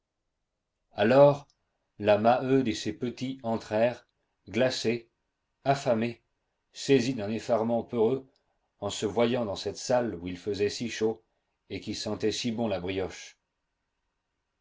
alors la maheude et ses petits entrèrent glacés affamés saisis d'un effarement peureux en se voyant dans cette salle où il faisait si chaud et qui sentait si bon la brioche